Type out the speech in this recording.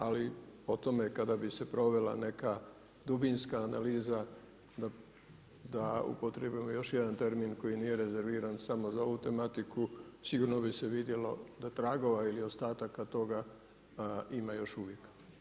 Ali o tome, kada bi se provela neka dubinska analiza, da upotrijebimo još jedan termin koji nije rezerviran samo za ovu tematiku, sigurno bi se vidjelo da pragova ili ostataka toga ima još uvijek.